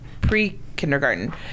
pre-kindergarten